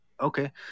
Okay